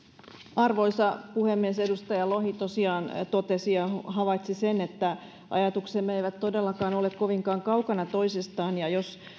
arvoisa puhemies edustaja lohi tosiaan totesi ja havaitsi sen että ajatuksemme eivät todellakaan ole kovinkaan kaukana toisistaan ja jos